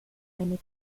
eine